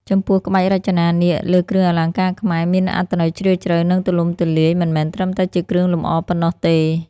ចំពោះក្បាច់រចនានាគលើគ្រឿងអលង្ការខ្មែរ មានអត្ថន័យជ្រាលជ្រៅ និងទូលំទូលាយ មិនមែនត្រឹមតែជាគ្រឿងលម្អប៉ុណ្ណោះទេ។